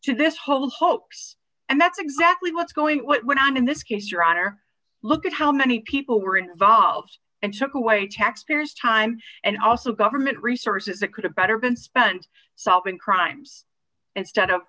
to this whole hoax and that's exactly what's going on in this case your honor look at how many people were involved and took away taxpayers time and also government resources that could have better been spent solving crimes